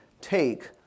take